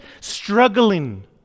struggling